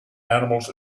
animals